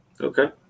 Okay